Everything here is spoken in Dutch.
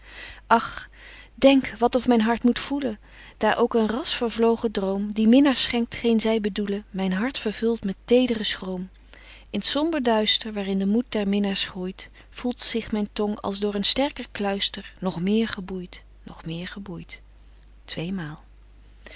ach denk wat of myn hart moet voelen daar ook een rasch vervlogen droom die minnaars schenkt t geen zy bedoelen myn hart vervult met tedren schroom in het somber duister waar in de moed der minnaars groeit voelt zich myn tong als door een sterker kluister nog meer geboeit nog meer geboeit tweemaal